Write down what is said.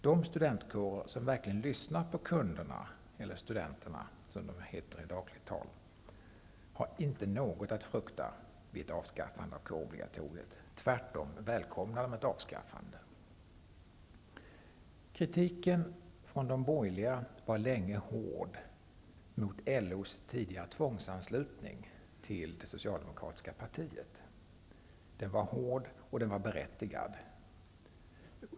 De studentkårer som verkligen lyssnar på kunderna eller studenterna, som de heter i dagligt tal -- har inte något att frukta vid ett avskaffande av kårobligatoriet -- tvärtom välkomnar de ett avskaffande. Kritiken från de borgerliga var länge hård mot LO:s tidigare tvångsanslutning till det socialdemokratiska partiet; den var hård och berättigad.